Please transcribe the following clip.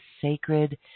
sacred